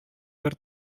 бер